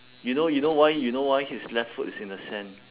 you know you know why you know why his left foot is in the sand